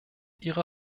ihre